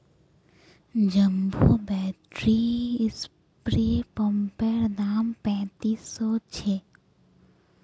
jumbo battery spray पंपैर दाम पैंतीस सौ छे